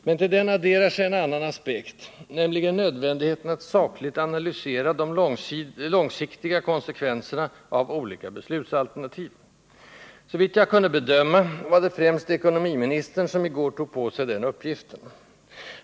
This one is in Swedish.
Men till dem adderar sig en annan aspekt, nämligen nödvändigheten att sakligt analysera de långsiktiga konsekvenserna av olika beslutsalternativ. Såvitt jag kunde bedöma, var det främst ekonomiministern som i går tog på sig den uppgiften.